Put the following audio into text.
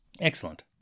Excellent